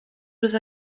روز